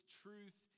truth